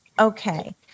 Okay